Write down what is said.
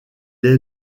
est